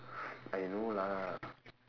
I know lah